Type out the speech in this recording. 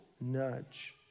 nudge